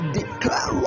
declare